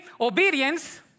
obedience